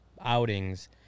outings